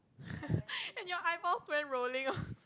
and your eyeballs went rolling loh